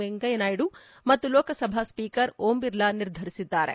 ವೆಂಕಯ್ಯನಾಯ್ಡು ಮತ್ತು ಲೋಕಸಭಾ ಸ್ವೀಕರ್ ಓಂ ಬಿರ್ಲಾ ಅವರು ನಿರ್ಧರಿಸಿದ್ದಾರೆ